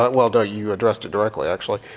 but well no, you addressed it directly actually.